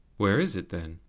where is it, then?